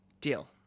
Deal